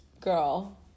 girl